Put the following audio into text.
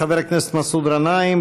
חבר הכנסת מסעוד גנאים,